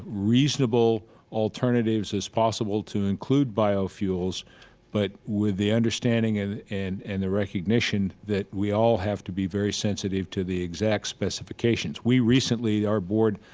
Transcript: reasonable alternatives as possible to include biofuels but with the understanding and and and the recognition that we all have to be very sensitive to the exact specifications. we recently, our board,